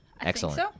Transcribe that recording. Excellent